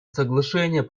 соглашение